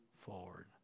forward